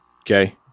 okay